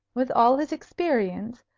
with all his experience,